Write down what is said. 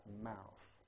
mouth